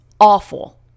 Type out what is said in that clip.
awful